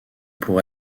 pour